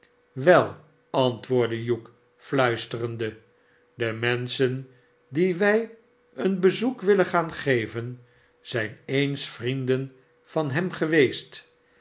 wel antwoordde hugh nuisterende sde menschen die wij een bezoek willen gaan geven zijn eens vnenden van hem geweest